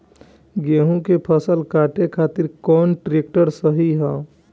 गेहूँ के फसल काटे खातिर कौन ट्रैक्टर सही ह?